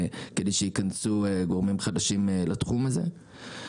כדי שייכנסו גורמים חדשים לתחום הזה.